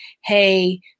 Hey